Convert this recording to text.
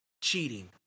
cheating